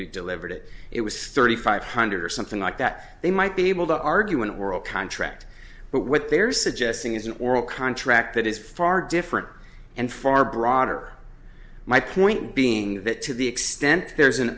you delivered it it was thirty five hundred or something like that they might be able to argue an oral contract but what they're suggesting is an oral contract that is far different and far broader my point being that to the extent there is an